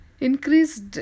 Increased